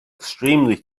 extremely